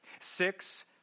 Six